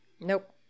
Nope